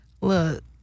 Look